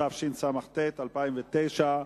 התשס"ט 2009,